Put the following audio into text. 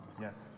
Yes